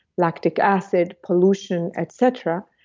lactic acid, pollution, etc,